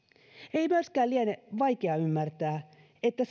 ei myöskään liene vaikea ymmärtää että